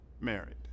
married